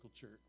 church